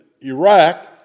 Iraq